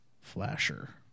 Flasher